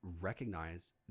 recognize